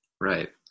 right